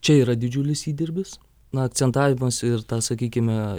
čia yra didžiulis įdirbis na akcentavimas ir ta sakykime